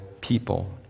people